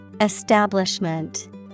Establishment